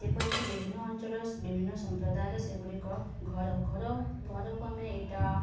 ଯେପରିକି ବିଭିନ୍ନ ଅଞ୍ଚଳର ବିଭିନ୍ନ ସମ୍ପ୍ରଦାୟର ସେଗୁଡ଼ିକ ଘର ଘର ଘରକୁ ଆମେ ଇଟା